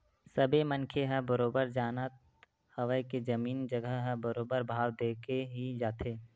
सबे मनखे ह बरोबर जानत हवय के जमीन जघा ह बरोबर भाव देके ही जाथे